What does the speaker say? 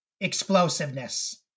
explosiveness